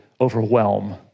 overwhelm